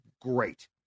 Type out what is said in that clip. great